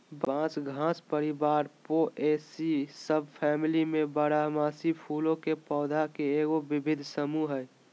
बांस घास परिवार पोएसी सबफैमिली में बारहमासी फूलों के पौधा के एगो विविध समूह हइ